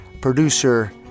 producer